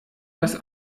das